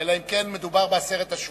אלא אם כן מדובר בעשרת השבטים,